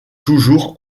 toujours